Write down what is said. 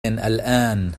الآن